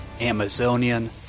Amazonian